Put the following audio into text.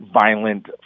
violent